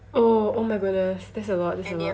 oh oh my goodness that's a lot that's a lot